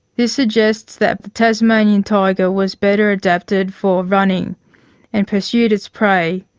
this suggests that the tasmanian tiger was better adapted for running and pursued its prey,